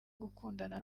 gukundana